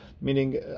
meaning